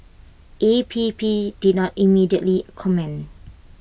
A P P did not immediately comment